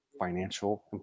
Financial